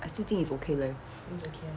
I still think it's okay leh